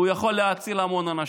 והוא יכול להציל המון אנשים.